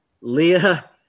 Leah